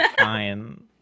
fine